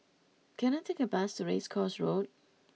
can I take a bus to Race Course Road